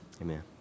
Amen